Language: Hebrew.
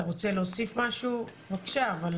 אם אתה רוצה להוסיף משהו, בבקשה.